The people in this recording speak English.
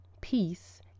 peace